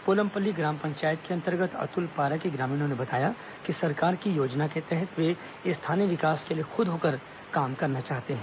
पोलमपल्ली ग्राम पंचायत के अंतर्गत अतुलपारा के ग्रामीणों ने बताया कि सरकार की योजना के तहत वे स्थानीय विकास के लिए खुद होकर काम करना चाहते हैं